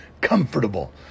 comfortable